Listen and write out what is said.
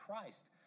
Christ